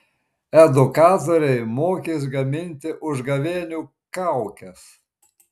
edukatoriai mokys gaminti užgavėnių kaukes